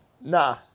Nah